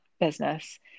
business